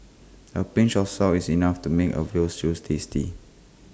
A pinch of salt is enough to make A Veal Stews tasty